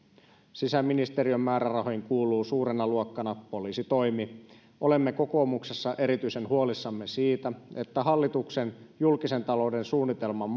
sisäministeriön määrärahoihin kuuluu suurena luokkana poliisitoimi olemme kokoomuksessa erityisen huolissamme siitä että hallituksen julkisen talouden suunnitelman